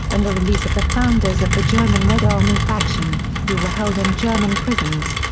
and the release of the founders of the german red army faction, who were held in german prisons.